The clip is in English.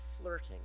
flirting